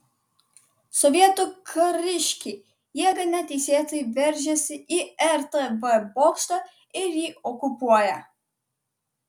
sovietų kariškiai jėga neteisėtai veržiasi į rtv bokštą ir jį okupuoja